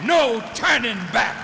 no turning back